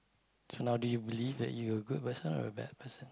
so now do you believe that you a good person or bad person